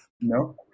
No